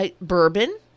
Bourbon